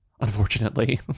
unfortunately